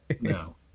No